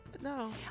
no